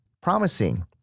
promising